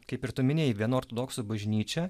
kaip ir tu minėjai vienų ortodoksų bažnyčia